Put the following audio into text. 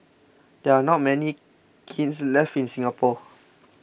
there are not many kilns left in Singapore